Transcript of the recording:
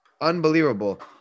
Unbelievable